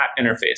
interface